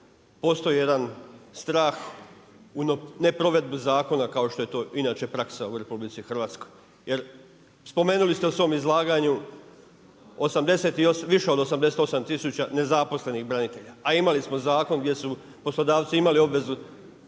Postoji jedan strah u neprovedbu zakona kao što je to inače praksa u RH. Jer spomenuli ste u svom izlaganju više od 88 tisuća nezaposlenih branitelja a imali smo zakon gdje su poslodavci imali obvezu